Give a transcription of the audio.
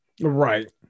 Right